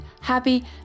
happy